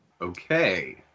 Okay